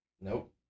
nope